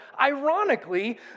ironically